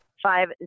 Five